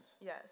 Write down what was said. Yes